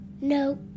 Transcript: No